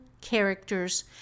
characters